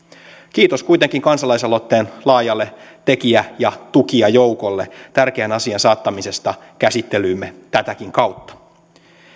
kiitos kuitenkin kansalaisaloitteen laajalle tekijä ja tukijajoukolle tärkeän asian saattamisesta käsittelyymme tätäkin kautta